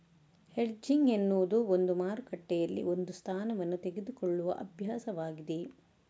hedging ಎನ್ನುವುದು ಒಂದು ಮಾರುಕಟ್ಟೆಯಲ್ಲಿ ಒಂದು ಸ್ಥಾನವನ್ನು ತೆಗೆದುಕೊಳ್ಳುವ ಅಭ್ಯಾಸವಾಗಿದೆ